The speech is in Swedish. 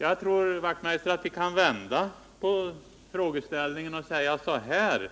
Jag tror, Knut Wachtmeister, att vi kan vända på den frågeställningen och säga så här: